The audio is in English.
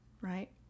right